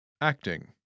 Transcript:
Acting